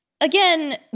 Again